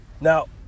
now